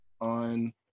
on